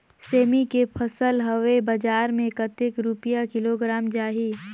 सेमी के फसल हवे बजार मे कतेक रुपिया किलोग्राम जाही?